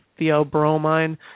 theobromine